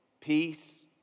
peace